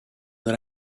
that